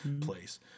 place